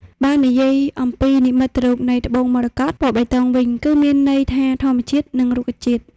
បើនិយាយអំពីនិមិត្តរូបនៃត្បូងមរកត ពណ៌បៃតងវិញ គឺមានន័យថាធម្មជាតិ និងរុក្ខជាតិ។